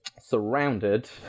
Surrounded